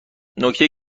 نکته